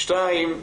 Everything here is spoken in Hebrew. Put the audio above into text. שניים,